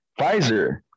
Pfizer